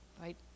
right